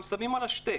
שמים על השתק.